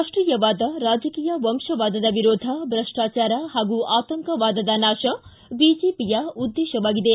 ರಾಷ್ಟೀಯವಾದ ರಾಜಕೀಯ ವಂಶವಾದದ ವಿರೋಧ ಭ್ರಷ್ಟಾಚಾರ ಹಾಗೂ ಆತಂಕವಾದದ ನಾಶ ಬಿಜೆಪಿಯ ಉದ್ದೇಶವಾಗಿದೆ